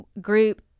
group